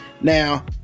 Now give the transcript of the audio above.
now